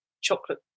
chocolate